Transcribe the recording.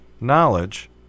knowledge